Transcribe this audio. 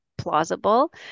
plausible